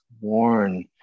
worn